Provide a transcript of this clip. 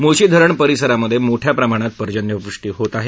मुळशी धरण परिसरामधे मोठ्या प्रमणात पर्जन्यवृष्टी होत आहे